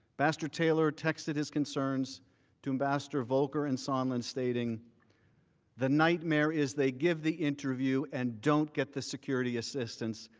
ambassador taylor texted his concerned to ambassador volker and sondland stating the nightmare is they gave the interview and don't get the security assistance.